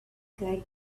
going